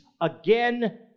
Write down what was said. again